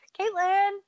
Caitlin